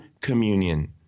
communion